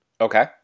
Okay